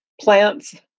plants